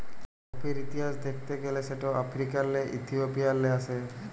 কফির ইতিহাস দ্যাখতে গ্যালে সেট আফ্রিকাল্লে ইথিওপিয়াল্লে আস্যে